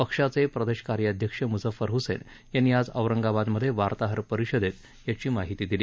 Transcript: पक्षाचे प्रदेश कार्याध्यक्ष मुझफ्फर हसैन यांनी आज औरंगाबादमध्ये वार्ताहर परिषदेत याची माहिती दिली